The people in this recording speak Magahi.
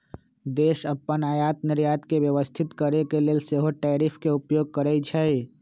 देश अप्पन आयात निर्यात के व्यवस्थित करके लेल सेहो टैरिफ के उपयोग करइ छइ